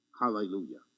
Hallelujah